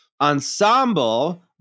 Ensemble